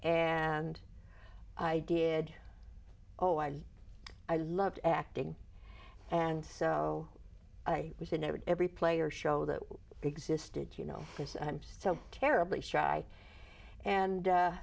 and i did oh i did i love acting and so i was in every every player show that existed you know because i'm so terribly shy and